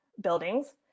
buildings